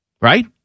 right